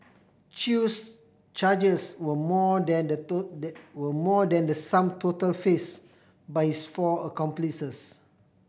Chew's charges were more than the were more than the sum total faced by his four accomplices